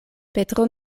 petro